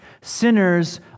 sinners